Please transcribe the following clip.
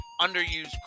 underused